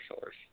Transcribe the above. source